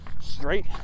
straight